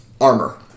armor